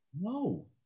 No